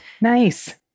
Nice